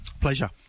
Pleasure